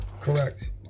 Correct